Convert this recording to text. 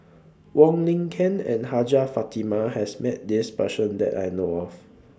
Wong Lin Ken and Hajjah Fatimah has Met This Person that I know of